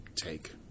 take